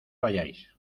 vayáis